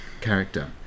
character